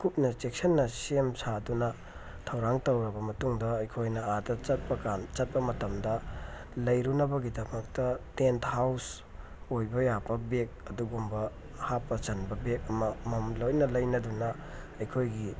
ꯀꯨꯞꯅ ꯆꯦꯛꯁꯤꯟꯅ ꯁꯦꯝ ꯁꯥꯗꯨꯅ ꯊꯧꯔꯥꯡ ꯇꯧꯔꯕ ꯃꯇꯨꯡꯗ ꯑꯩꯈꯣꯏꯅ ꯑꯥꯗ ꯆꯠꯄ ꯀꯥꯟ ꯆꯠꯄ ꯃꯇꯝꯗ ꯂꯩꯔꯨꯅꯕꯒꯤꯗꯃꯛꯇ ꯇꯦꯟꯠ ꯍꯥꯎꯁ ꯑꯣꯏꯕ ꯌꯥꯕ ꯕꯦꯛ ꯑꯗꯨꯒꯨꯝꯕ ꯍꯥꯞꯄ ꯆꯟꯕ ꯕꯦꯛ ꯑꯃ ꯑꯃꯃꯝ ꯂꯣꯏꯅ ꯂꯩꯅꯗꯨꯅ ꯑꯩꯈꯣꯏꯒꯤ